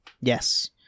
yes